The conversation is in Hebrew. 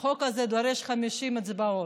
החוק הזה דורש 50 אצבעות.